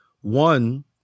One